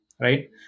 right